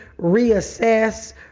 reassess